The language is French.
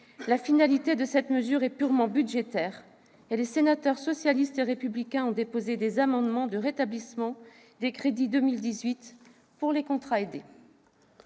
la finalité de cette mesure est bel et bien purement budgétaire, et les sénateurs socialistes et républicains ont déposé des amendements de rétablissement des crédits relatifs aux contrats aidés